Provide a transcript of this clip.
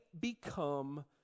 become